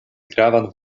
gravan